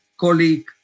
colleague